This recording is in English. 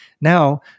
now